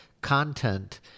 content